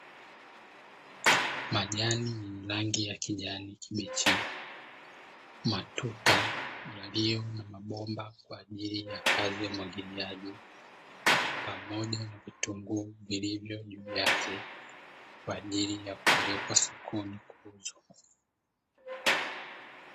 Majani yenye rangi ya kijani kibichi, matuta yaliyo na mabomba kwa ajili ya kazi ya umwagiliaji, pamoja na vitunguu vilivyo juu yake, kwa ajili ya kupelekwa sokoni kuuzwa.